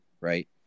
right